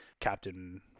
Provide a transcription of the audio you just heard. captain